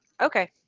Okay